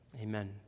Amen